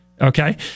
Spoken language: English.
okay